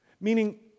Meaning